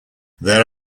there